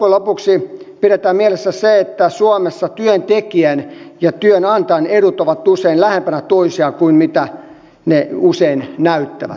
loppujen lopuksi pidetään mielessä se että suomessa työntekijän ja työnantajan edut ovat usein lähempänä toisiaan kuin miltä ne näyttävät